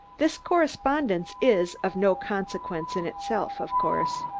this correspondence is of no consequence in itself, of course.